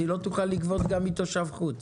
אז היא לא תוכל לגבות גם מתושב חוץ.